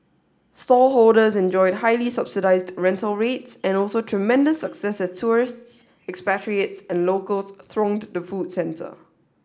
stallholders enjoyed highly subsidised rental rates and also tremendous success as tourists expatriates and locals thronged the food centre